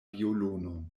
violonon